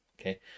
Okay